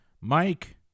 Mike